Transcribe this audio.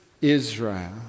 Israel